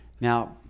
Now